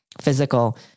physical